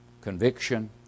conviction